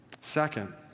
Second